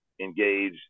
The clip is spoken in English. engage